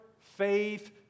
faith